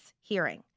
hearing